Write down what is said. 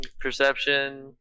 perception